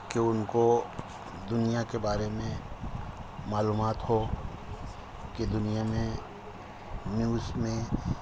کہ ان کو دنیا کے بارے میں معلومات ہو کہ دنیا میں نیوز میں